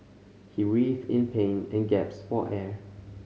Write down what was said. he writhed in pain and gasped for air